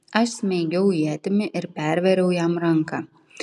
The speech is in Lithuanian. aš smeigiau ietimi ir pervėriau jam ranką